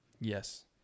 Yes